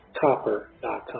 copper.com